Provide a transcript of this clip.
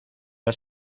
has